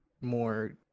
more